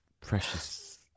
precious